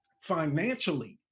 financially